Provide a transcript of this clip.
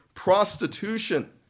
prostitution